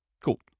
Cool